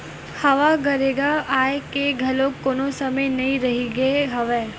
हवा गरेरा आए के घलोक कोनो समे नइ रहिगे हवय